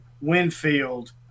Winfield